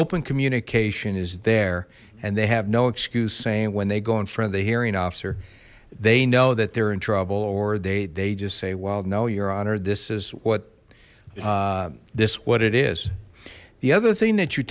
open communication is there and they have no excuse saying when they go in front of the hearing officer they know that they're in trouble or they they just say well no your honor this is what this what it is the other thing that you